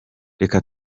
reka